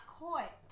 caught